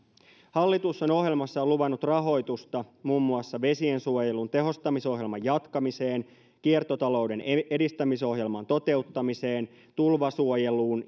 hallitus on ohjelmassaan luvannut rahoitusta muun muassa vesiensuojelun tehostamisohjelman jatkamiseen kiertotalouden edistämisohjelman toteuttamiseen tulvasuojeluun